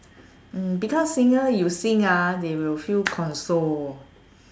mm because singer you sing ah they will feel consoled